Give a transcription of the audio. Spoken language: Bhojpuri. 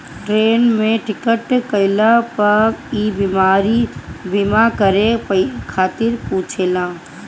ट्रेन में टिकट कईला पअ इ बीमा करे खातिर पुछेला